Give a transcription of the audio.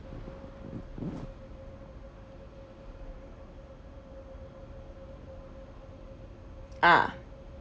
ah